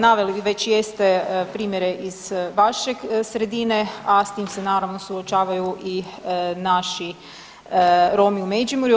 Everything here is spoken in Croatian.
Naveli vi već jeste primjere iz vaše sredine, a s tim se naravno suočavaju i naši Romi u Međimurju.